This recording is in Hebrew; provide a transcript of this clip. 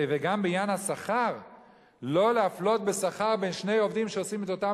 וגם בעניין השכר לא להפלות בשכר בין שני עובדים שעושים את אותה